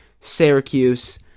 Syracuse